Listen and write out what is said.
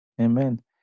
Amen